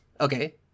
Okay